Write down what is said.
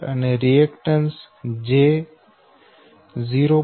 અને reactance j0